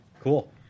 cool